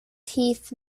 teeth